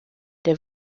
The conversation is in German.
der